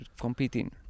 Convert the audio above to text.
competing